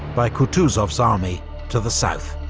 by kutuzov's army to the south.